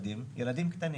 פנים: